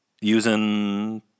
using